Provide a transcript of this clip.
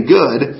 good